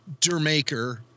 Dermaker